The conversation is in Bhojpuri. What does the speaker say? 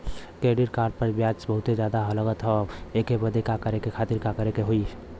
क्रेडिट कार्ड पर ब्याज बहुते ज्यादा लगत ह एके बंद करे खातिर का करे के होई?